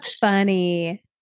funny